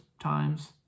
times